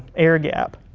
air gap